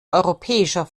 europäischer